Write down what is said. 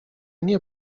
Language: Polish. nie